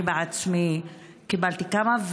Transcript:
אני בעצמי קיבלתי כמה.